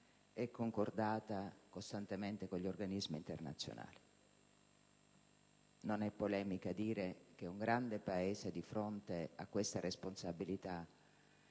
è concordata costantemente con gli organismi internazionali. Non è polemico dire che un grande Paese, di fronte a questa responsabilità,